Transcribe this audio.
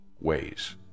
ways